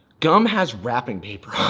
gum has wrapping paper